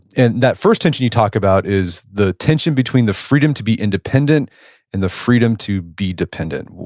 and that first tension you talk about is the tension between the freedom to be independent and the freedom to be dependent.